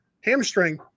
hamstring